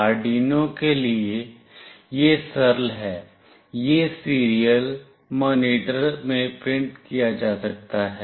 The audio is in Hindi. आर्डयूनो के लिए यह सरल है यह सीरियल मॉनिटर में प्रिंट किया जा सकता है